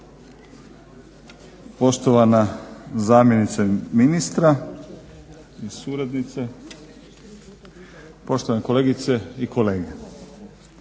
poštovana zamjenice ministra i suradnice, poštovane kolegice i kolege.